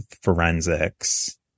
forensics